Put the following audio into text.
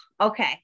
Okay